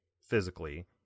physically